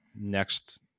next